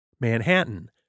Manhattan